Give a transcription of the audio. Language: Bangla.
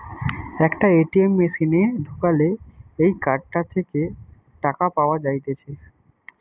একটা এ.টি.এম মেশিনে ঢুকালে এই কার্ডটা থেকে টাকা পাওয়া যাইতেছে